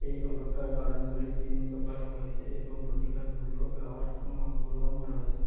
এই অপেক্ষার কারণগুলি চিহ্নিত করা হয়েছে এবং প্রতিকার মূল্য ব্যবহার গ্রহণ করা হয়েছে